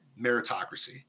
meritocracy